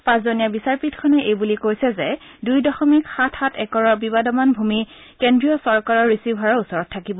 পাঁচজনীয়া বিচাৰপীঠখনে এইবুলি কৈছে যে দই দশমিক সাত সাত একৰৰ বিবাদমান ভূমি কেন্দ্ৰীয় চৰকাৰৰ ৰিচিভাৰৰ ওচৰত থাকিব